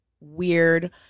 weird